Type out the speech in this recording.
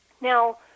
Now